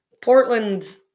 Portland